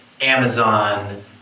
Amazon